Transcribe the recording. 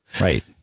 Right